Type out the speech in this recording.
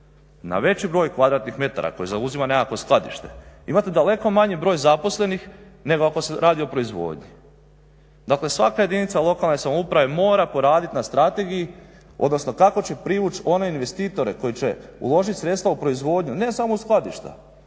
na veći broj kvadratnih metara koje zauzima nekakvo skladište imate daleko manji broj zaposlenih nego ako se radi o proizvodnji. Dakle, svaka jedinica lokalne samouprave mora poraditi na strategiji, odnosno kako će privući one investitore koji će uložiti sredstva u proizvodnju ne samo skladišta.